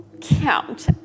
count